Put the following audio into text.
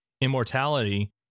immortality